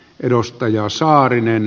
edustaja saarinen